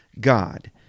God